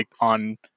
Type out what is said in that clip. on